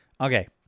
okay